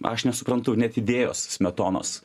aš nesuprantu net idėjos smetonos